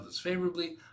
favorably